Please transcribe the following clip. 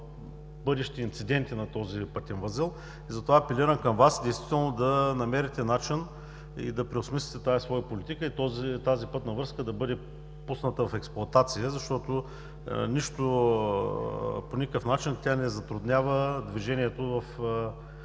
бъдещи инциденти на този пътен възел. Затова апелирам към Вас да намерите начин, да преосмислите своята политика и тази пътна връзка да бъде пусната в експлоатация, защото по никакъв начин тя не затруднява движението